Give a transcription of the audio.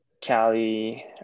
cali